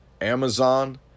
Amazon